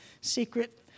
secret